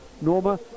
Norma